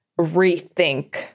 rethink